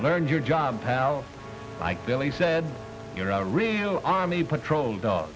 learned your job pal ike billy said you're a real army patrol dog